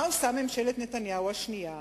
מה עושה ממשלת נתניהו השנייה?